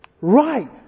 right